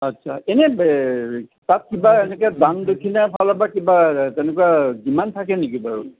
আচ্ছা এনেই তাত কিবা এনেকে দান দক্ষিণাৰ ফালৰ পৰা কিবা তেনেকুৱা ডিমাণ্ড থাকে নেকি বাৰু